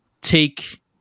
take